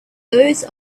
those